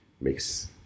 makes